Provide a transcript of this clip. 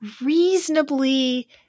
reasonably